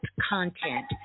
content